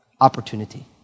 opportunity